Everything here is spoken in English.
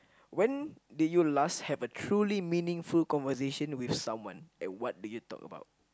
when did you last have a truly meaningful conversation with someone and what did you talk about